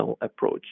approach